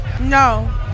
No